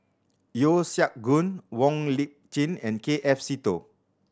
Yeo Siak Goon Wong Lip Chin and K F Seetoh